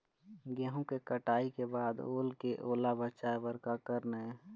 गेहूं के कटाई के बाद ओल ले ओला बचाए बर का करना ये?